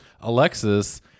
Alexis